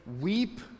weep